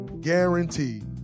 guaranteed